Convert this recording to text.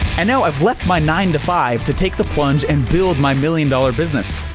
and now i've left my nine to five to take the plunge and build my million dollar business.